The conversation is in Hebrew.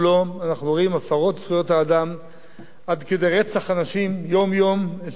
זכויות האדם עד כדי רצח אנשים יום-יום אצל שכנתנו מצפון.